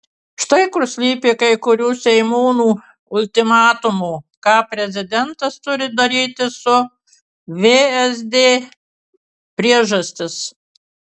štai kur slypi kai kurių seimūnų ultimatumo ką prezidentas turi daryti su vsd priežastis